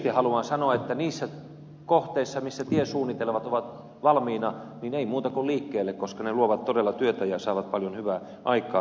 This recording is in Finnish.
erityisesti haluan sanoa että niissä kohteissa missä tiesuunnitelmat ovat valmiina ei muuta kun liikkeelle koska ne luovat todella työtä ja saavat paljon hyvää aikaan